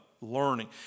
learning